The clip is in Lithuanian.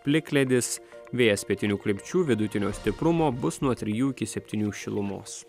plikledis vėjas pietinių krypčių vidutinio stiprumo bus nuo trijų iki septynių šilumos